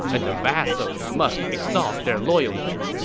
and the vassals must exhaust their loyalty.